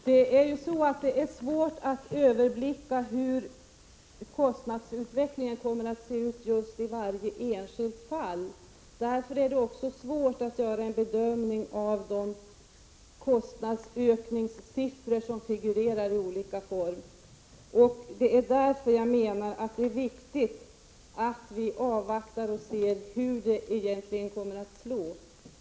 Herr talman! Det är svårt att överblicka hur kostnadsutvecklingen kommer att se ut i varje enskilt fall. Därför är det också svårt att göra en bedömning av de kostnadsökningssiffror som figurerar i olika former. Det är därför jag menar att det är viktigt att vi avvaktar och ser hur det egentligen kommer att slå.